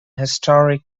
historic